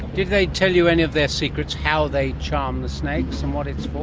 did they tell you any of their secrets, how they charm the snakes and what it's for?